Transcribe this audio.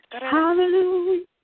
Hallelujah